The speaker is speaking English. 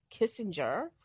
Kissinger